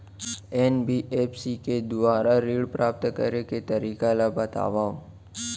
NBFC के दुवारा ऋण प्राप्त करे के तरीका ल बतावव?